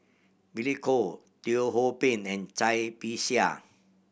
Billy Koh Teo Ho Pin and Cai Bixia